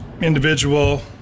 individual